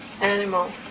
animal